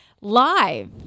live